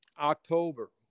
October